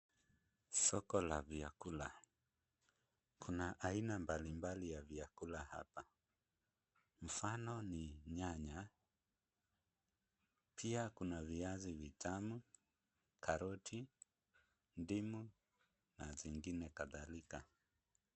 Soko la vyakula. Kuna aina mbalimbali ya vyakula hapa. Mfano ni nyanya, pia kuna viazi vitamu, karoti, ndimu na zingine kadhalika.